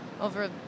over